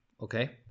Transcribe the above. okay